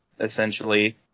essentially